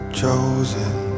chosen